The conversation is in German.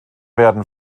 werden